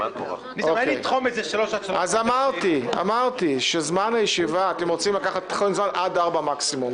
זמן הישיבה עד 16:00 מקסימום.